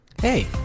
Hey